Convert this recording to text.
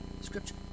Scripture